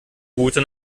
route